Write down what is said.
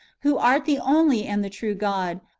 who art the only and the true god,